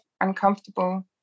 uncomfortable